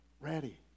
ready